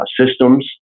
systems